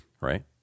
right